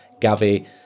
Gavi